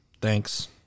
Thanks